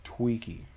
tweaky